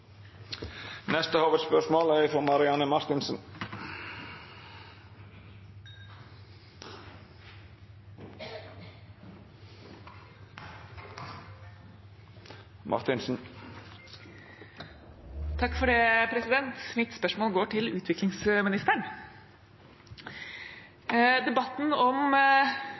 Mitt spørsmål går til utviklingsministeren. Debatten om